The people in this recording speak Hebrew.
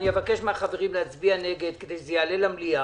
אני אבקש מהחברים להצביע נגד כדי שזה יעלה למליאה.